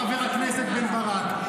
חבר הכנסת בן ברק.